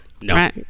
No